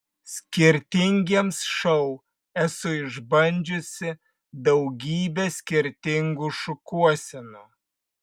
skirtingiems šou esu išbandžiusi daugybę skirtingų šukuosenų